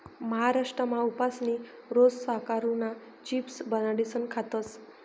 महाराष्ट्रमा उपासनी रोज साकरुना चिप्स बनाडीसन खातस